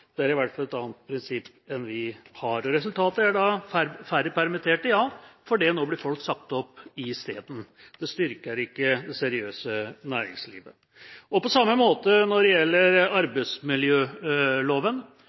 Det er i hvert fall et annet prinsipp enn det vi har. Resultatet blir færre permitterte, ja – for nå blir folk sagt opp i stedet. Det styrker ikke det seriøse næringslivet. På samme måte er det når det gjelder